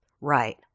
Right